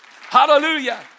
Hallelujah